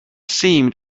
seemed